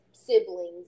siblings